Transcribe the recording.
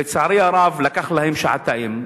לצערי הרב, לקח להם שעתיים.